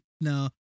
No